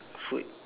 food